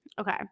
Okay